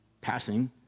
passing